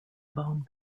bone